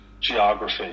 geography